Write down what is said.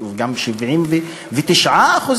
גם 79%,